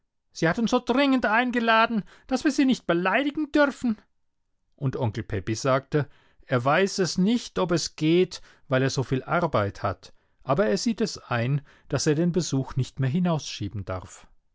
sie hat uns so dringend eingeladen daß wir sie nicht beleidigen dürfen und onkel pepi sagte er weiß es nicht ob es geht weil er soviel arbeit hat aber er sieht es ein daß er den besuch nicht mehr hinausschieben darf